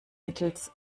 mittels